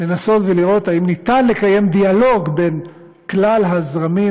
כדי לנסות ולראות אם ניתן לקיים דיאלוג בין כלל הזרמים